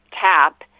tap